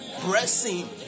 pressing